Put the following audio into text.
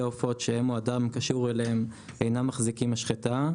עופות שהם או אדם קשור אליהם אינם מחזיקים משחטה,